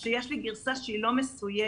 שיש לי גרסה שהיא לא מסויגת,